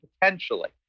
potentially